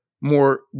more